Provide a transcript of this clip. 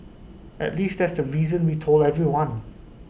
at least that's the reason we told everyone